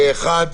בעד פה-אחד.